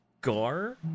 Gar